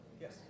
Yes